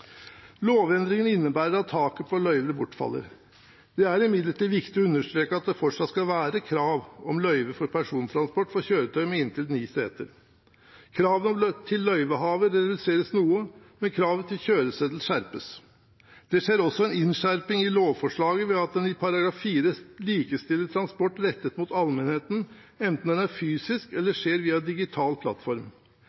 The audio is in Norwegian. Lovendringen innebærer at taket på løyver bortfaller. Det er imidlertid viktig å understeke at det fortsatt skal være krav om løyve for persontransport med kjøretøy med inntil ni seter. Kravene til løyvehaver reduseres noe, men kravet til kjøreseddel skjerpes. Det skjer også en innskjerping i lovforslaget ved at en i § 4 likestiller transport rettet mot allmenheten, enten den er fysisk eller